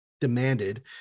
demanded